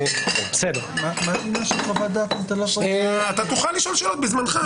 אתה תוכל לשאול שאלות בזמנך.